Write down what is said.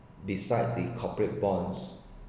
besides the corporate bonds